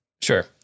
sure